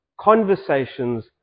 Conversations